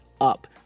up